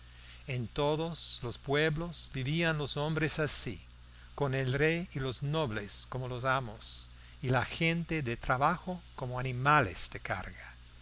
en todos los pueblos vivían los hombres así con el rey y los nobles como los amos y la gente de trabajo como animales de carga